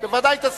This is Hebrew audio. בוודאי תסכים.